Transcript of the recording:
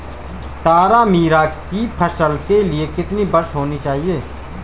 तारामीरा की फसल के लिए कितनी वर्षा होनी चाहिए?